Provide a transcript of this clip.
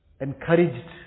encouraged